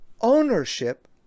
ownership